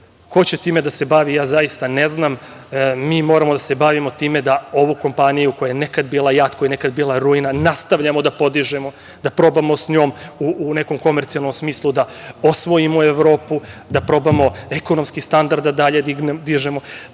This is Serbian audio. Ko će time da se bavi, ja zaista ne znam. Mi moramo da se bavimo time da ovu kompaniju koja je nekad bila JAT, koja je nekad bila ruina, nastavljamo da podižemo, da probamo s njom u nekom komercijalnom smislu da osvojimo Evropu, da probamo ekonomski standard da dalje dižemo,